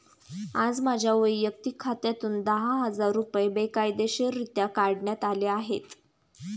आज माझ्या वैयक्तिक खात्यातून दहा हजार रुपये बेकायदेशीररित्या काढण्यात आले आहेत